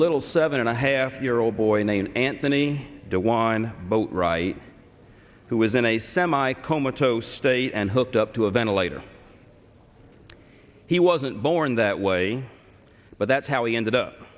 little seven and a half year old boy named anthony de wine but right who was in a semi comatose state and hooked up to a ventilator he wasn't born that way but that's how he ended up